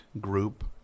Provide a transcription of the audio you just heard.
group